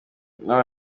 naba